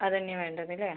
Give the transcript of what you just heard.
അതന്നെയാണ് വേണ്ടത് അല്ലേ